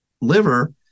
liver